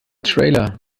trailer